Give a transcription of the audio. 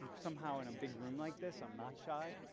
somehow in a big room like this i'm not shy,